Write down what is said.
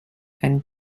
and